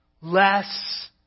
less